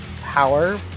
power